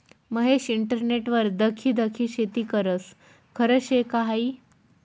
महेश इंटरनेटवर दखी दखी शेती करस? खरं शे का हायी